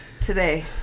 today